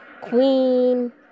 Queen